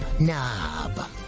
knob